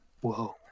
Whoa